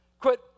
Quit